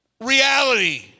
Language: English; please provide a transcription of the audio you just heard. reality